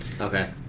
Okay